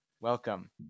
Welcome